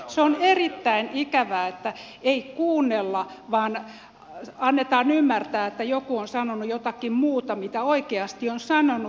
se on erittäin ikävää että ei kuunnella vaan annetaan ymmärtää että joku on sanonut jotakin muuta kuin mitä oikeasti on sanonut